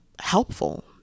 helpful